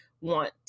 want